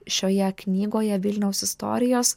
šioje knygoje vilniaus istorijos